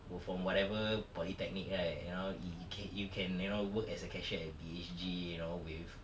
were from whatever polytechnic right you know you ca~ you can you know work as a cashier at B_H_G you know with